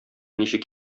ничек